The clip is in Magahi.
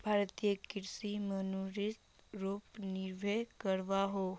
भारतीय कृषि मोंसूनेर पोर निर्भर करोहो